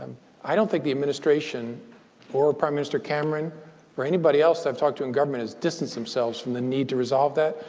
i don't think the administration or prime minister cameron or anybody else i've talked to in government has distanced themselves from the need to resolve that.